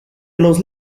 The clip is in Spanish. los